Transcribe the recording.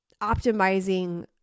optimizing